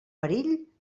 perill